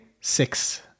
six